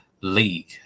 League